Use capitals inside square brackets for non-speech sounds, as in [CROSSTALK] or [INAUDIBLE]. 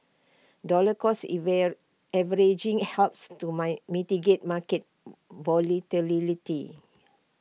dollar cost [UNINTELLIGIBLE] averaging helps to my mitigate market [NOISE] volatility